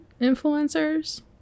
influencers